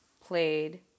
played